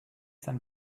some